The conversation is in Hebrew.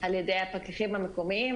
על ידי פקחים מקומיים,